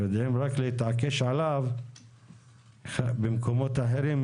יודעים רק להתעקש עליו במקומות אחרים,